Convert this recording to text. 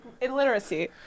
illiteracy